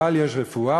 אבל יש רפואה,